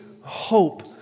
hope